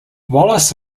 wallace